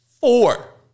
Four